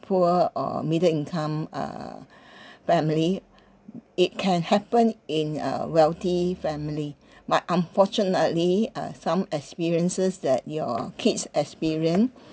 poor or middle income uh family it can happen in a wealthy family but unfortunately uh some experiences that your kids experience